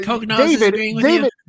David